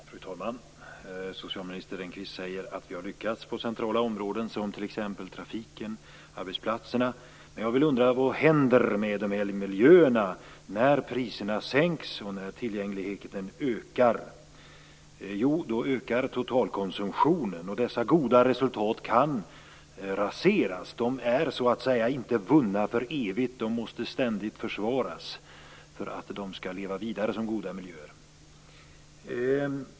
Fru talman! Socialminister Engqvist säger att vi har lyckats på centrala områden, som t.ex. trafiken och arbetsplatserna. Men jag undrar vad som händer med de miljöerna när priserna sänks och när tillgängligheten ökar. Jo, då ökar totalkonsumtionen, och dessa goda resultat kan raseras. De är så att säga inte vunna för evigt, utan de måste ständigt försvaras för att de skall leva vidare som goda miljöer.